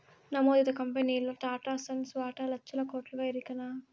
నమోదిత కంపెనీల్ల టాటాసన్స్ వాటా లచ్చల కోట్లుగా ఎరికనా